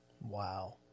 Wow